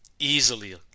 Easily